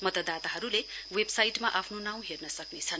मतदाताहरूले वेबसाइटमा आफ्नो नाउँ हेर्न सक्नेछन्